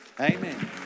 Amen